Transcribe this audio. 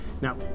Now